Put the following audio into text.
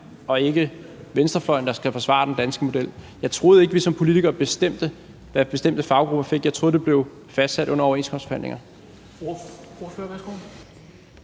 og ikke venstrefløjen, der skal forsvare den danske model. Jeg troede ikke, at vi som politikere bestemte, hvad bestemte faggrupper fik. Jeg troede, det blev fastsat under overenskomstforhandlinger.